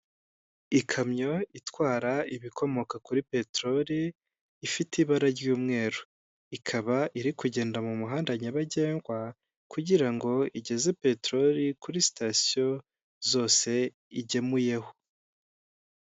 Ikamyo itwara ibikomoka kuri peteroli ifite ibara ry'umweru, ikaba iri kugenda mu muhanda nyabagengwa kugira ngo igeze peteroli kuri sitasiyo zose igemuyeho.